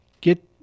get